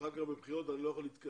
אחר כך בבחירות אני לא יכול להתכנס.